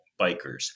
bikers